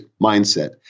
mindset